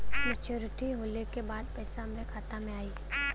Maturity होले के बाद पैसा हमरे खाता में आई?